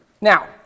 Now